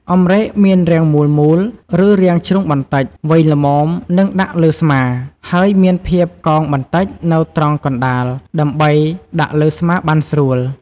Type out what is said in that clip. អម្រែកមានរាងមូលៗ ឬរាងជ្រុងបន្តិច វែងល្មមនឹងដាក់លើស្មា ហើយមានភាពកោងបន្តិចនៅត្រង់កណ្តាលដើម្បីដាក់លើស្មាបានស្រួល។